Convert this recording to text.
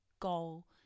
goal